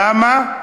למה?